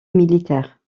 militaire